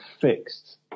fixed